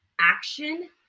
action